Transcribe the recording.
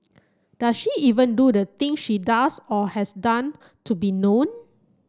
does she even do the thing she does or has done to be known